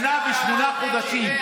שנה ושמונה חודשים.